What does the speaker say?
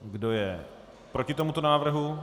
Kdo je proti tomuto návrhu?